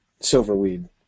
Silverweed